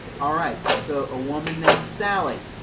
all right, so a woman named sally,